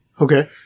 Okay